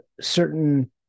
certain